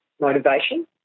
motivation